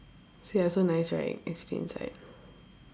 see I so nice right I inside